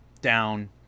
down